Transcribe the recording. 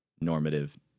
normative